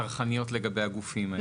צרכניות לגבי הגופים האלה.